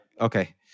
okay